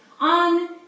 on